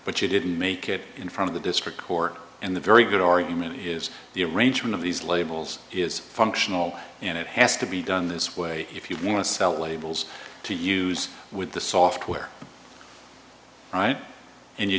but you didn't make it in front of the district court and the very good argument is the arrangement of these labels is functional and it has to be done this way if you want to sell labels to use with the software right and you